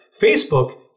Facebook